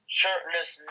shirtless